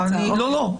לא, לא.